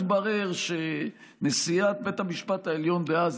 התברר שנשיאת בית המשפט העליון דאז,